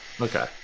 Okay